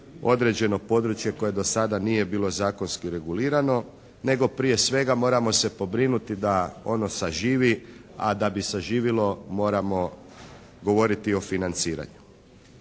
određeno područje koje do sada nije bilo zakonski regulirano nego prije svega moramo se pobrinuti da ono saživi, a da bi saživilo moramo govoriti o financiranju.